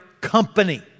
company